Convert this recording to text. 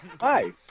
hi